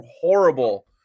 horrible